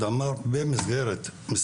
אני מדבר על זה